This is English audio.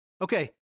Okay